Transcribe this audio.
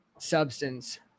substance